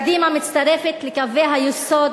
קדימה מצטרפת לקווי היסוד